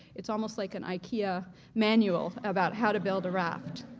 it's almost like an ikea manual about how to build a raft.